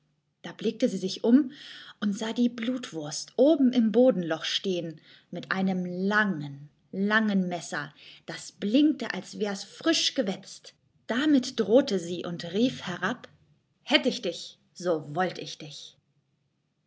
da blickte sie sich um und sah die blutwurst oben im bodenloch stehen mit einem langen langen messer das blinkte als wärs frisch gewetzt damit drohte sie und rief herab hätt ich dich so wollt ich dich